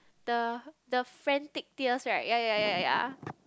the the frantic tears right ya ya ya ya ya